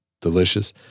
delicious